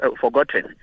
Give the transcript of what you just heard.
forgotten